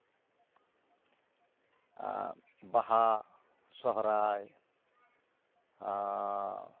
ᱵᱟᱦᱟ ᱥᱚᱨᱦᱟᱭ